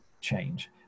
change